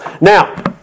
Now